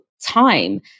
time